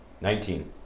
Nineteen